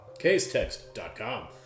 casetext.com